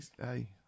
Hey